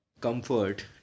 comfort